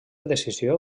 decisió